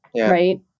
right